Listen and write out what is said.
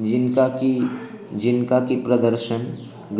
जिनका कि जिनका कि प्रदर्शन